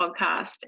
podcast